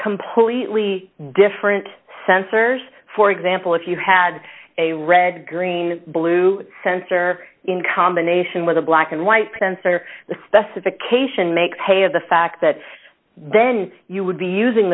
completely different sensors for example if you had a red green blue sensor in combination with a black and white sensor specification make hay of the fact that then you would be using